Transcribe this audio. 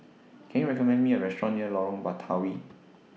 Can YOU recommend Me A Restaurant near Lorong Batawi